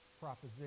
proposition